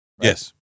Yes